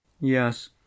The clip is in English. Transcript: yes